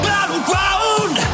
Battleground